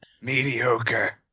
Mediocre